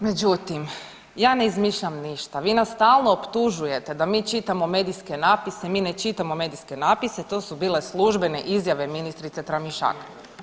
Međutim ja ne izmišljam ništa, vi nas stalno optužujete da mi čitamo medijske napise, mi ne čitamo medijske napise, to su bile službene izjave ministrice Tramišak.